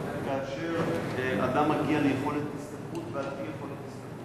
כאשר אדם מגיע ליכולת השתכרות ועל-פי יכולת השתכרות.